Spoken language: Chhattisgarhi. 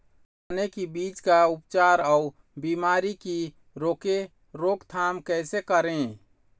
चने की बीज का उपचार अउ बीमारी की रोके रोकथाम कैसे करें?